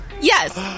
Yes